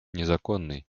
незаконный